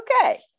Okay